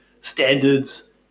standards